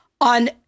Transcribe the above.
on